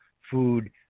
food